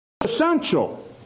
essential